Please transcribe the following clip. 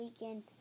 weekend